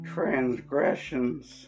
Transgressions